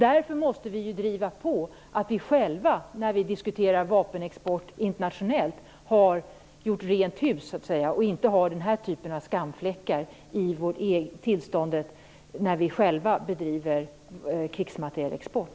När vi diskuterar vapenexport internationellt måste vi därför driva på att vi har gjort rent hus och inte har den här typen av skamfläckar i vår egen krigsmaterielexport.